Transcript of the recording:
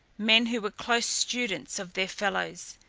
men who were close students of their fellows,